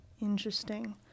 Interesting